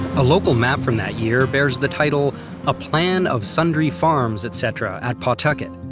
a local map from that year bears the title a plan of sundry farms etc. at pawtucket.